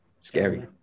Scary